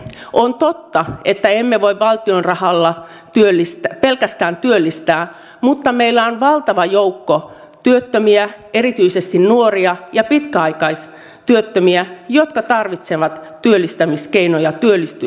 on totta että emme voi pelkästään valtion rahalla työllistää mutta meillä on valtava joukko työttömiä erityisesti nuoria ja pitkäaikaistyöttömiä jotka tarvitsevat työllistämiskeinoja työllistyäkseen